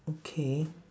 okay